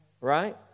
right